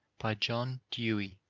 by john dewey